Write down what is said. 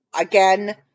again